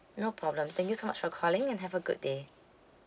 no problem thank you so much for calling and have a good day